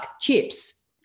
chips